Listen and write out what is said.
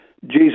Jesus